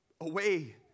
away